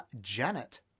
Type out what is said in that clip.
Janet